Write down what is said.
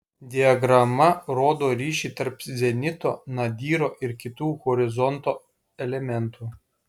diagrama rodo ryšį tarp zenito nadyro ir kitų horizonto elementų